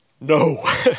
no